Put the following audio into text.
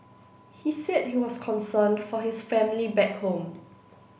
he said he was concerned for his family back home